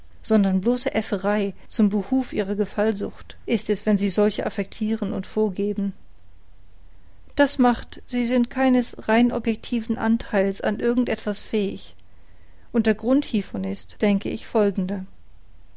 sondern bloße aefferei zum behuf ihrer gefallsucht ist es wenn sie solche affektiren und vorgeben das macht sie sind keines rein objektiven antheils an irgend etwas fähig und der grund hievon ist denke ich folgender